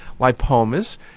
lipomas